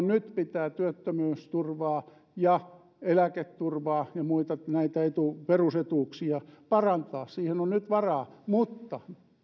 nyt pitää työttömyysturvaa ja eläketurvaa ja muita perusetuuksia parantaa siihen on nyt varaa mutta